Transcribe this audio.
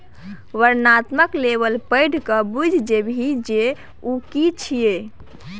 वर्णनात्मक लेबल पढ़िकए बुझि जेबही जे ओ कि छियै?